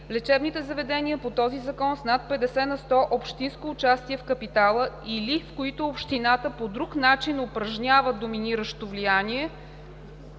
Лечебните заведения по този закон с над 50 на сто общинско участие в капитала или в които общината по друг начин упражнява доминиращо влияние,